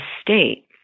state